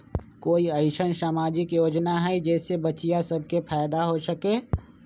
कोई अईसन सामाजिक योजना हई जे से बच्चियां सब के फायदा हो सके?